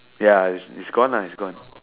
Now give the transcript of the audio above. ya it's gone lah it's gone